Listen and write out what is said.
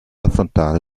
affrontare